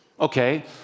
okay